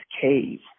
cave